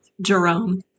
Jerome